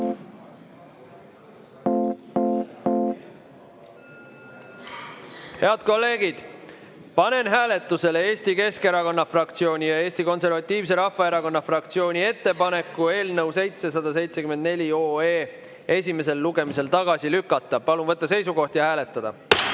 kolleegid, panen hääletusele Eesti Keskerakonna fraktsiooni ja Eesti Konservatiivse Rahvaerakonna fraktsiooni ettepaneku otsuse eelnõu 774 esimesel lugemisel tagasi lükata. Palun võtta seisukoht ja hääletada!